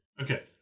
Okay